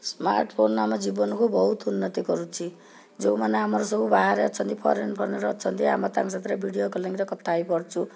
smartphone ଆମ ଜୀବନକୁ ବହୁତ ଉନ୍ନତି କରୁଛି ଯେଉଁମାନେ ଆମର ସବୁ ବାହାରେ ଅଛନ୍ତି ଫରେନ୍ ଫରେନ୍ରେ ଅଛନ୍ତି ଆମର ତାଙ୍କ ସାଥିରେ ଭିଡ଼ିଓ କଲିଂରେ କଥା ହେଇପାରୁଛୁ